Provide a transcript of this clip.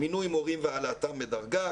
מינוי מורים והעלאתם בדרגה,